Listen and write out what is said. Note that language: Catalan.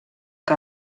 que